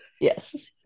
yes